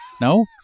No